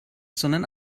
sondern